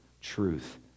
truth